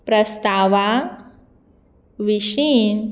प्रस्तावांं विशीं